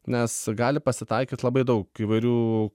nes gali pasitaikyt labai daug įvairių